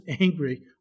angry